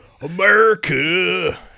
America